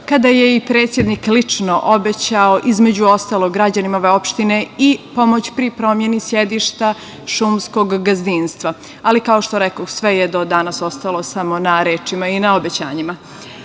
kada je i predsednik lično obećao, između ostalog, građanima ove opštine i pomoć pri promeni sedišta šumskog gazdinstva, ali, kao što rekoh, sve je do danas ostalo samo na rečima i na obećanjima. Ukupna